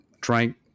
drank